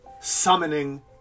Summoning